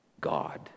God